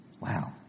Wow